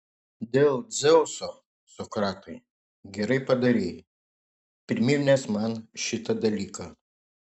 dėl dzeuso sokratai gerai padarei priminęs man šitą dalyką